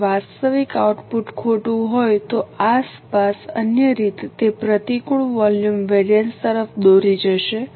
જો વાસ્તવિક આઉટપુટ ખોટું હોય તો આસપાસ અન્ય રીત તે પ્રતિકૂળ વોલ્યુમ વેરિએન્સ તરફ દોરી જશે